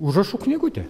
užrašų knygutė